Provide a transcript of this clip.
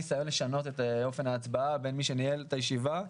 הניסיון לשנות את אופן ההצבעה בין מי שניהל את הישיבה,